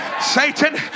Satan